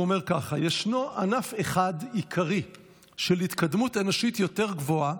הוא אומר כך: "ישנו ענף אחד עיקרי של התקדמות האנושיות היותר גבוה,